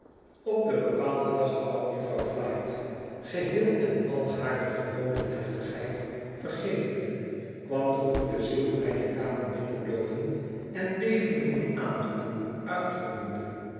op den bepaalden dag kwam jufvrouw flite geheel en al hare gewone deftigheid vergetende kwam de goede ziel mijne kamer binnenloopen en bevende van aandoening uitroepende